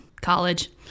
College